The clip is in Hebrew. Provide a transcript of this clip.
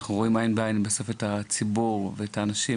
ואנחנו רואים עין בעין בסוף את הציבור ואת האנשים,